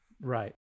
right